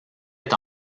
est